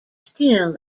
still